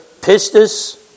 pistis